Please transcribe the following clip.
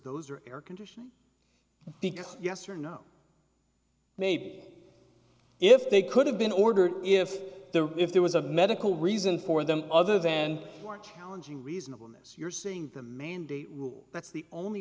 those are air conditioned yes or no made if they could have been ordered if there if there was a medical reason for them other than more challenging reasonable miss you're seeing the mandate that's the only